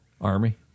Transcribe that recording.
Army